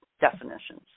definitions